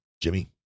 Jimmy